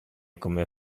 come